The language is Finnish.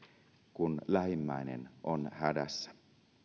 kun lähimmäinen on hädässä